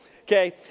Okay